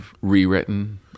rewritten